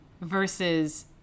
versus